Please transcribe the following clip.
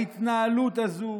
ההתנהלות הזו